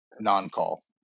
non-call